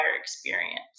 experience